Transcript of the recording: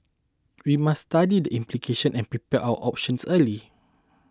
we must study the implications and prepare our options early